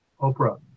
Oprah